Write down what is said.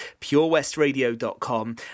purewestradio.com